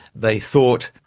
they thought,